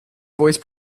voice